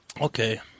Okay